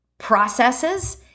processes